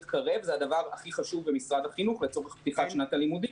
קרב היא הדבר הכי חשוב במשרד החינוך לצורך פתיחת שנת הלימודים.